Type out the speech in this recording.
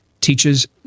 teaches